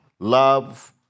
Love